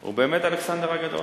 הוא באמת אלכסנדר הגדול,